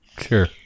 Sure